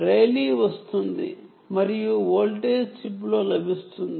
read field వస్తుంది మరియు voltage చిప్లో లభిస్తుంది